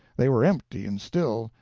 they were empty and still,